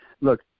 look